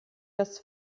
das